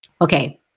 Okay